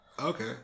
okay